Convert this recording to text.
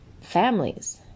families